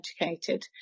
educated